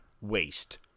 waste